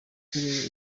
uturere